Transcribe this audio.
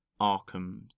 Arkham